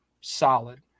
solid